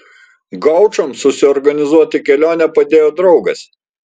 gaučams susiorganizuoti kelionę padėjo draugas